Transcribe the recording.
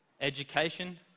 Education